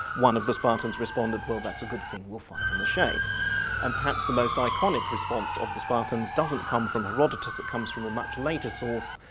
one of the spartans responded well that's a good thing, we'll fight in the shade' and perhaps the most iconic response of the spartans doesn't come from herodotus, it comes from a much later source,